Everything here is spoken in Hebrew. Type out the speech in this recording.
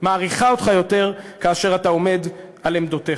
מעריכה אותך יותר כאשר אתה עומד על עמדותיך,